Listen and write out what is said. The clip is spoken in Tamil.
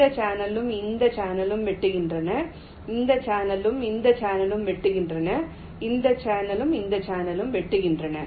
இந்த சேனலும் இந்த சேனலும் வெட்டுகின்றன இந்த சேனலும் இந்த சேனலும் வெட்டுகின்றன இந்த சேனல் இந்த சேனலும் வெட்டுகின்றன